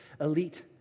elite